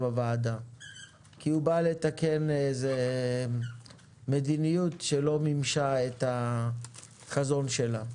הוועדה כי הוא בא לתקן מדיניות שלא מימשה את החזון שלה.